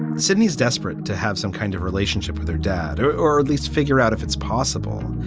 sydney's desperate to have some kind of relationship with her dad or or at least figure out if it's possible.